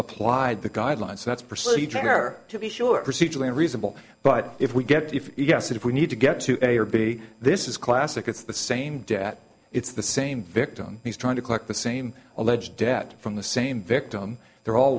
applied the guidelines so that's procedure to be sure procedurally and reasonable but if we get if yes if we need to get to any or b this is classic it's the same debt it's the same victim he's trying to collect the same alleged debt from the same victim they're all